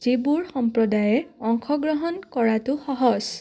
যিবোৰ সম্প্ৰদায়ে অংশগ্ৰহণ কৰাটো সহজ